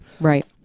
Right